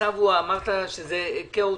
אמרת שהמצב כאוטי,